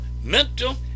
mental